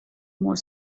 more